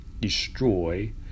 destroy